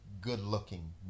good-looking